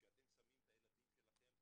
כשאתם שמים את הילדים שלכם,